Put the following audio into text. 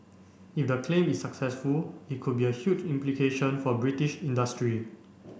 if the claim is successful it could be a huge implication for British industry